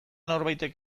norbaitek